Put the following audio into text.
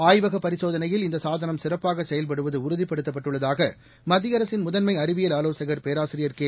ஆய்வகப் பரிசோதனையில் இந்த சாதனம் சிறப்பாக செயல்படுவது உறுதிப்படுத்தப்பட்டுள்ளதாக மத்திய அரசின் முதன்ம அறிவியல் ஆலோசகர் பேராசிரியர் கே